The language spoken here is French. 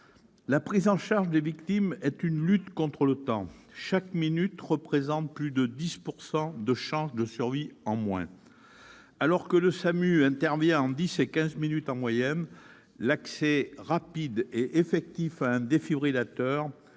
La prise en charge des victimes est une lutte contre le temps : chaque minute représente 10 % de chances de survie en moins. Alors que le SAMU intervient en 10 à 15 minutes en moyenne, l'accès rapide et effectif à un défibrillateur